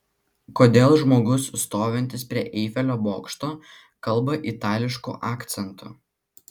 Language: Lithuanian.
kodėl žmogus stovintis prie eifelio bokšto kalba itališku akcentu